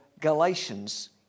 Galatians